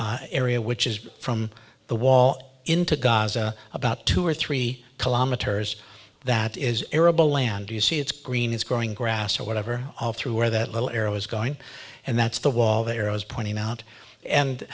go area which is from the wall into gaza about two or three kilometers that is arable land you see it's green it's growing grass or whatever through where that little arrow is going and that's the wall there i was pointing out and